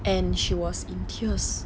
and she was in tears